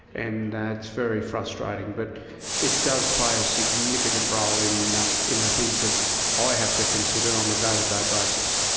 and it's very frustrating. but it does play a significant role in um in the things that i have to consider on a day to day basis.